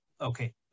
Okay